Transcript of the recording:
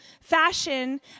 fashion